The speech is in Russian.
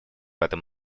этом